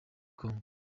goma